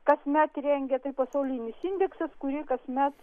kasmet rengia tai pasaulinis indeksas kurį kasmet